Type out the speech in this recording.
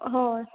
हय